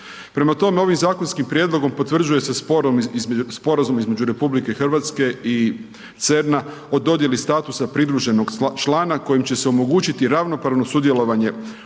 Prema tome, ovim zakonskim prijedlogom potvrđuje se sporazum između RH i CERN-a o dodjeli statusa pridruženog člana kojim će se omogućiti ravnopravno sudjelovanje